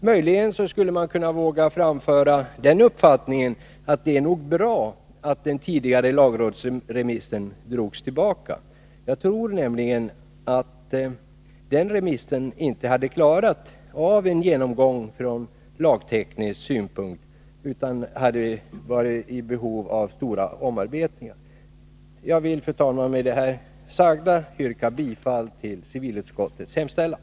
Möjligen skulle man våga framföra den uppfattningen att det nog är bra att den tidigare lagrådsremissen drogs tillbaka. Jag tror nämligen att den inte hade klarat av en genomgång från lagteknisk synpunkt utan hade varit i behov av stora omarbetningar. Jag vill, fru talman, med det sagda yrka bifall till civilutskottets hemställan.